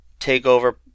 TakeOver